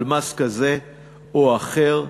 על מס כזה או אחר,